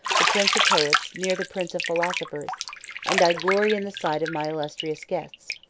the prince of poets near the prince of philosophers and glory in the sight of my illustrious guests.